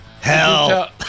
hell